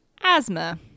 asthma